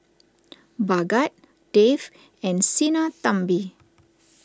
Bhagat Dev and Sinnathamby